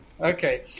Okay